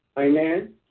Amen